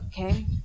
Okay